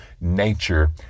nature